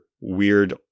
weird